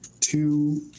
two